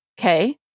Okay